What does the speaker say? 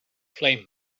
flame